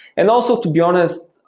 and also, to be honest,